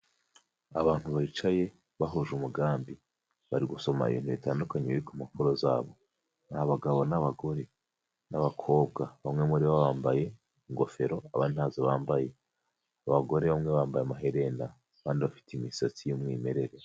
Abantu bicaye bahuje umugambi, bari gusoma ibintu bitandukanye biri kumpapuro zabo, ni abagabo n'abagore n'abakobwa bamwe muri bo bambaye ingofero abandi ntazo bambaye, abagore bamwe bambaye amaherena kandi bafite imisatsi y'umwimerere.